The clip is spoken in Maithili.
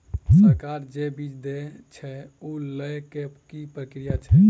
सरकार जे बीज देय छै ओ लय केँ की प्रक्रिया छै?